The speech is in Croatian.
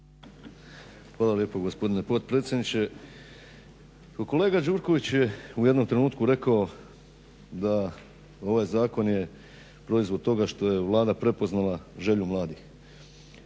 Hvala lijepa gospodine potpredsjedniče. Pa kolega Đurković je u jednom trenutku rekao da ovaj zakon je proizvod toga što je Vlada prepoznala želju mladih.